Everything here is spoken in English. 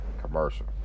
commercial